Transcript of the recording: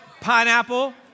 Pineapple